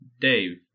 Dave